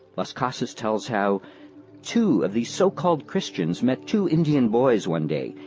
las casas tells how two of these so-called christians met two indian boys one day,